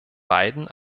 beiden